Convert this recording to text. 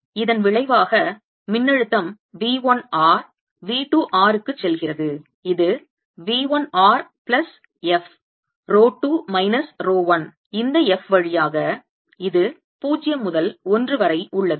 இதன் விளைவாக மின்னழுத்தம் V 1 r V 2 r க்கு செல்கிறது இது V 1 r plus f rho 2 minus rho 1 இந்த f வழியாக இது 0 முதல் 1 வரை உள்ளது